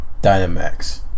Dynamax